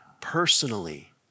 personally